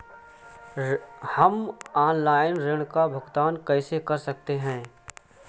हम ऑनलाइन ऋण का भुगतान कैसे कर सकते हैं?